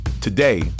Today